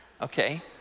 okay